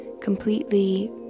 completely